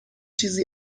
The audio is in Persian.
چیزی